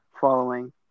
following